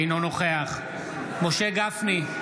אינו נוכח משה גפני,